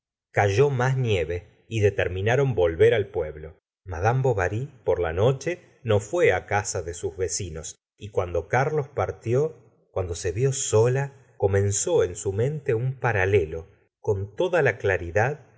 cayó más nieve y determinaron volver al pueblo mad bovary por la noche no fué á casa de sus vecinos y cuando carlos partió cuando se vió sola comenzó en su mente un paralelo con toda la claridad